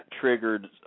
triggered